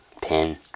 pin